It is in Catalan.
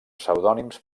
pseudònims